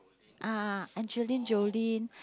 ah Angelie-Jolin